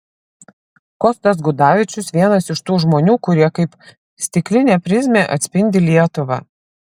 kostas gudavičius vienas iš tų žmonių kurie kaip stiklinė prizmė atspindi lietuvą